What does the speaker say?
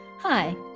Hi